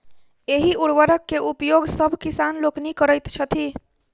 एहि उर्वरक के उपयोग सभ किसान लोकनि करैत छथि